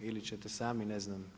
Ili ćete sami, ne znam.